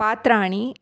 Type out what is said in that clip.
पात्राणि